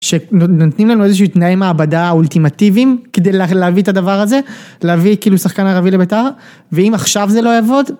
שנותנים לנו איזשהם תנאי מעבדה אולטימטיביים כדי להביא את הדבר הזה להביא כאילו שחקן ערבי לביתר ואם עכשיו זה לא יעבוד.